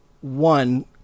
One